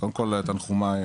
קודם כל, תנחומיי.